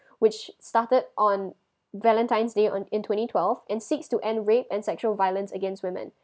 which started on valentine's day on in twenty twelve and seeks to end rape and sexual violence against women